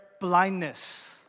blindness